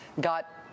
got